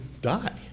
die